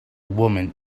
woman